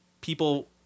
people